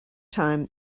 time